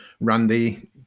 Randy